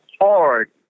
hard